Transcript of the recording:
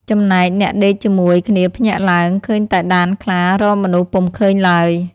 ចំណែកអ្នកដេកជាមួយគ្នាភ្ញាក់ឡើង ឃើញតែដានខ្លារកមនុស្សពុំឃើញឡើយ។